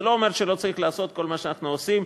זה לא אומר שלא צריך לעשות כל מה שאנחנו עושים,